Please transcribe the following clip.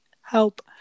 Help